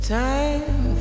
time